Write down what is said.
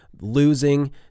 Losing